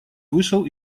вышел